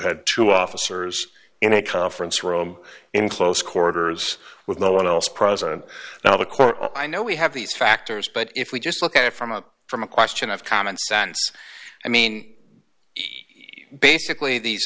had two officers in a conference room in close quarters with no one else present now the court i know we have these factors but if we just look at it from a from a question of common sense i mean basically these